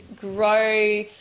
grow